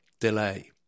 Delay